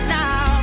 now